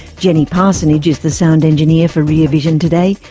jenny parsonage is the sound engineer for rear vision today.